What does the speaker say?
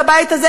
בבית הזה,